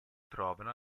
trovano